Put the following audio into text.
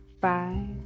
five